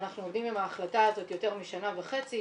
ואנחנו עומדים עם ההחלטה הזאת יותר משנה וחצי,